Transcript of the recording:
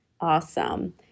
Awesome